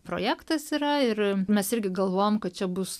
projektas yra ir mes irgi galvojom kad čia bus